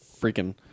freaking